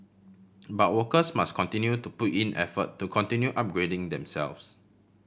but workers must continue to put in effort to continue upgrading themselves